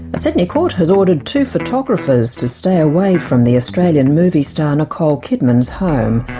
sydney court has ordered two photographers to stay away from the australian movie star, nicole kidman's home.